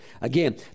Again